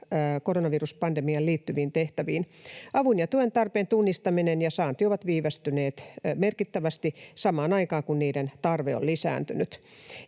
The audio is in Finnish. koronaviruspandemiaan liittyviin tehtäviin. Avun ja tuen tarpeen tunnistaminen ja saanti ovat viivästyneet merkittävästi samaan aikaan kun niiden tarve on lisääntynyt.